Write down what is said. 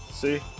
See